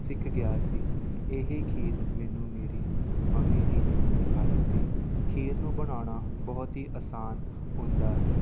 ਸਿੱਖ ਗਿਆ ਸੀ ਇਹ ਖੀਰ ਮੈਨੂੰ ਮੇਰੀ ਮੰਮੀ ਜੀ ਨੇ ਸਿਖਾਈ ਸੀ ਖੀਰ ਨੂੰ ਬਣਾਉਣਾ ਬਹੁਤ ਹੀ ਆਸਾਨ ਹੁੰਦਾ ਹੈ